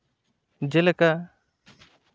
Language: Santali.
ᱡᱮᱞᱮᱠᱟ